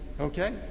Okay